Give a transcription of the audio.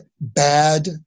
bad